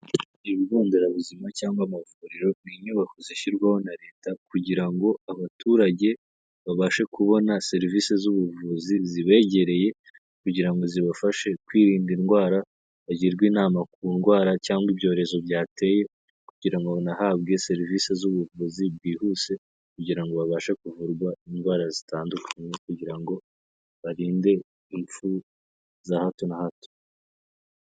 Ibigo nderabuzima cyangwa amavuriro, ni inyubako zishyirwaho na Leta, kugira ngo abaturage babashe kubona serivisi z'ubuvuzi zibegereye, kugira ngo zibafashe kwirinda indwara, bagirwa inama ku ndwara cyangwa ibyorezo byateye, kugira ngo banahabwe serivisi z'ubuvuzi bwihuse, kugira ngo babashe kuvurwa indwara zitandukanye, kugira ngo barinde impfu za hato na hato.